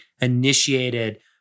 initiated